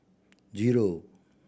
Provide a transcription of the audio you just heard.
zero